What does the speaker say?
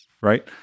right